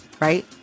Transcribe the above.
right